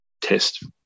test